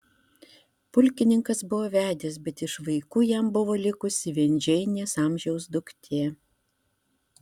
pulkininkas buvo vedęs bet iš vaikų jam buvo likusi vien džeinės amžiaus duktė